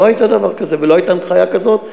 לא היה דבר כזה, ולא הייתה הנחיה כזאת.